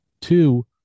Two